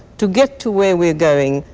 to get to where we're going,